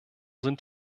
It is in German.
sind